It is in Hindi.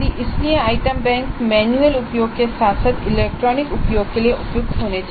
इसलिए आइटम बैंक मैन्युअल उपयोग के साथ साथ इलेक्ट्रॉनिक उपयोग के लिए उपयुक्त होना चाहिए